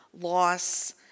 loss